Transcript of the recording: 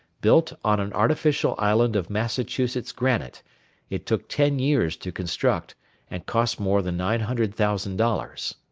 built on an artificial island of massachusetts granite it took ten years to construct and cost more than nine hundred thousand dollars.